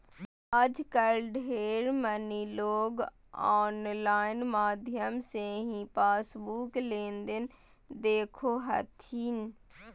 आजकल ढेर मनी लोग आनलाइन माध्यम से ही पासबुक लेनदेन देखो हथिन